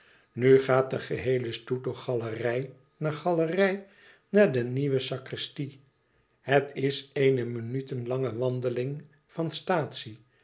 nu gaat de geheele stoet door galerij na galerij naar de nieuwe sacristie het is eene minutenlange wandeling van